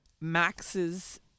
max's